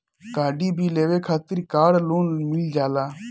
गाड़ी भी लेवे खातिर कार लोन मिल जाला